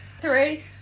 Three